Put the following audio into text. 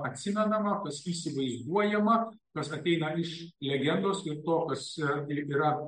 atsimenama kas įsivaizduojama kas ateina iš legendos ir to kas yra